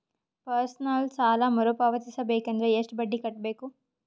Personal ಸಾಲ ಮರು ಪಾವತಿಸಬೇಕಂದರ ಎಷ್ಟ ಬಡ್ಡಿ ಕಟ್ಟಬೇಕು?